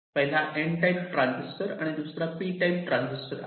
पहिला N type transistor आणि दुसरा P टाईप ट्रांजिस्टर आहे